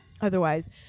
Otherwise